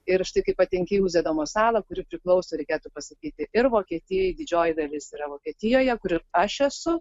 ir štai kai patenki į uzedamo salą kuri priklauso reikėtų pasakyti ir vokietijoje didžioji dalis yra vokietijoje kur aš esu